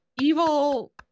evil